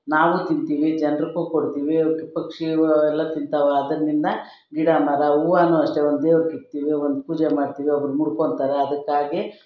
ನಾವೂ ತಿಂತೀವಿ ಜನೃಕ್ಕೂ ಕೊಡ್ತೀವಿ ಪಕ್ಷಿಗಳು ಅವೆಲ್ಲ ತಿಂತಾವೆ ಅದರ್ನಿಂದ ಗಿಡ ಮರ ಹೂವನೂ ಅಷ್ಟೇ ಒಂದು ದೇವರ್ಕಿಕ್ತೀವಿ ಒಂದು ಪೂಜೆ ಮಾಡ್ತೀವಿ ಒಬ್ರು ಮುಡ್ಕೊಂತಾರೆ ಅದಕ್ಕಾಗಿ